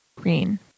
Green